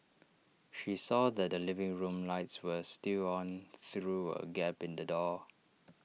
she saw that the living room lights were still on through A gap in the door